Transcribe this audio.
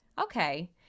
Okay